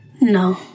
No